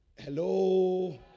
Hello